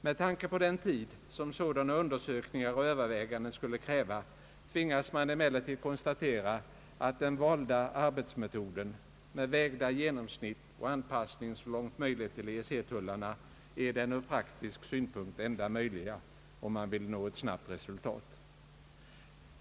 Med tanke på den tid som sådana undersökningar och överväganden skulle kräva tvingas man konstatera att den valda arbetsmetoden, med vägda genomsnitt och anpassning så långt möjligt till EEC-tullarna, är den ur praktisk synpunkt enda möjliga, om man vill nå ett snabbt resultat.